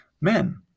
men